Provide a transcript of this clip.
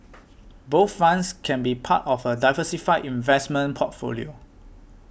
bond funds can be part of a diversified investment portfolio